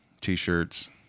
t-shirts